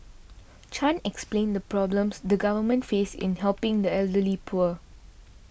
Chan explained the problems the government face in helping the elderly poor